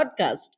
podcast